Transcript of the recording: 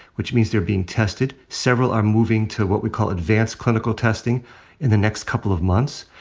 which means they're being tested. several are moving to what we call advanced clinical testing in the next couple of months.